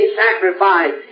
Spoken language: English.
sacrifice